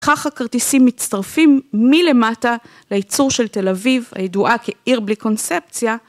וכך הכרטיסים מצטרפים מלמטה ליצור של תל אביב, הידועה כעיר בלי קונספציה.